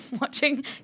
watching